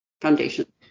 foundation